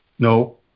No